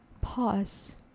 Pause